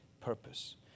purpose